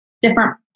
different